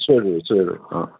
ꯁꯣꯏꯔꯔꯣꯏ ꯁꯣꯏꯔꯔꯣꯏ